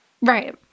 Right